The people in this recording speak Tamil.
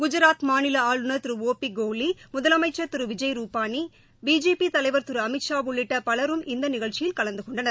குஜராத் மாநில ஆளுநர் திரு ஓ பி கோஹ்லி முதலமைச்ச் திரு விஜய் ரூபானி பிஜேபி தலைவர் திரு அமித்ஷா உள்ளிட்ட பலரும் இந்த நிகழ்ச்சியில் கலந்து கொண்டனர்